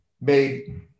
made